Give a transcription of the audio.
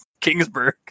Kingsburg